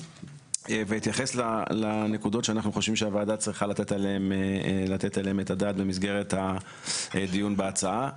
ואתייחס לנקודות שאנחנו חושבים שהועדה צריכה לתת הדעת במסגרת הדיון בהצעה.